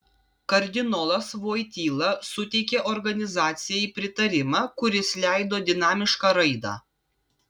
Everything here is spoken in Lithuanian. kardinolas voityla suteikė organizacijai pritarimą kuris leido dinamišką raidą